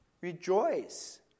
Rejoice